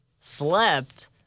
slept